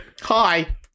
Hi